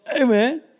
Amen